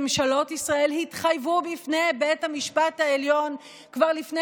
ממשלות ישראל התחייבו בפני בית המשפט העליון כבר לפני